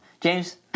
James